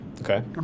Okay